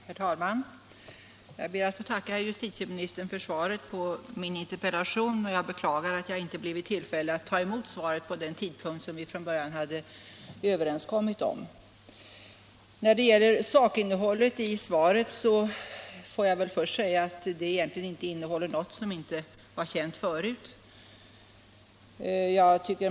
Herr talman! Jag ber att få tacka justitieministern för svaret på min interpellation. Jag beklagar att jag inte blev i tillfälle att ta emot svaret vid den tidpunkt som vi från början hade överenskommit om. När det gäller själva sakfrågan får jag väl först säga att svaret egentligen inte innehåller något som inte var känt förut.